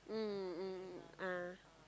mm mm mm mm ah